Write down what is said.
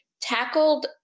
tackled